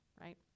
right